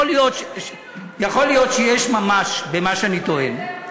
יכול להיות שיש ממש במה שאני טוען,